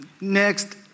next